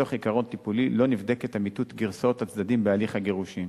מתוך עיקרון טיפולי לא נבדקת אמיתות גרסאות הצדדים בהליך הגירושין.